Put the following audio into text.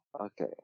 okay